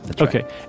Okay